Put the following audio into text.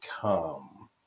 come